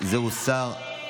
זה הוסר מסדר-היום.